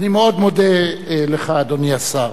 אני מאוד מודה לך, אדוני השר.